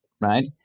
right